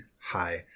hi